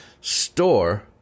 store